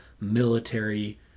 military